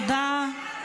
תודה.